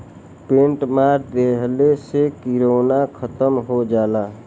paint मार देहले से किरौना खतम हो जाला